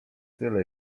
tyle